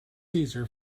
caesar